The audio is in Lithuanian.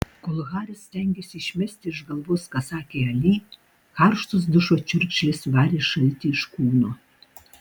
kol haris stengėsi išmesti iš galvos ką sakė ali karštos dušo čiurkšlės varė šaltį iš kūno